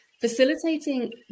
facilitating